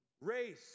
Race